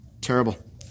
Terrible